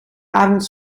avond